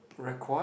record